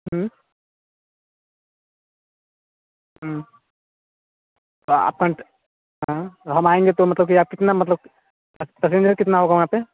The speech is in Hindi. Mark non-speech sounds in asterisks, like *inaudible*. *unintelligible* हम आएँगे तो मतलब कि आप कितना मतलब पसेन्जर कितना होगा वहाँ पर